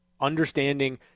understanding